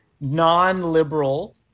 non-liberal